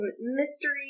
mystery